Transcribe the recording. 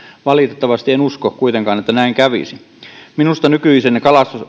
valitettavasti en usko kuitenkaan että näin kävisi minusta nykyisen